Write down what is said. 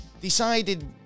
decided